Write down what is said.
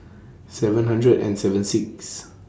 seven hundred and seven six